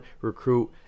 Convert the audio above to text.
recruit